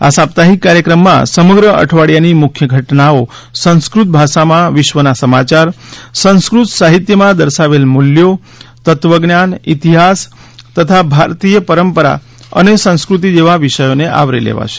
આ સાપ્તાહિક કાર્યક્રમમાં સમગ્ર અઠવાડિયાની મુખ્ય ઘટનાઓ સંસ્કૃત ભાષામાં વિશ્વના સમાચાર સંસ્કૃત સાહિત્યમાં દર્શાવેલ મૂલ્યો તત્વજ્ઞાન ઇતિહાસ તથા ભારતીય પરંપરા અને સંસ્કૃતિ જેવા વિષયોને આવરી લેવાશે